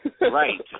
Right